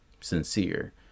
sincere